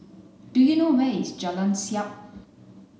do you know where is Jalan Siap